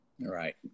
Right